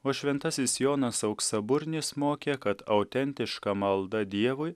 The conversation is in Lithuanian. o šventasis jonas auksaburnis mokė kad autentiška malda dievui